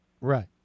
Right